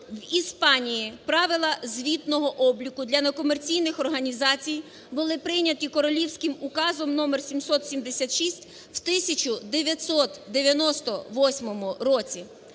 В Іспанії правила звітного обліку для некомерційних організацій були прийняті королівським указом № 776 в 1998 році.